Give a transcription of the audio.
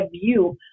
view